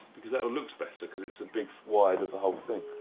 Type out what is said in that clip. because that one looks better, because it's a big wide of the whole thing.